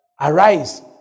Arise